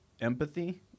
empathy